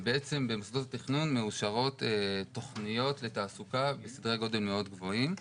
ובעצם באמצעות תכנון מאושרות תוכניות לתעסוקה בסדרי גודל מאוד גבוהים.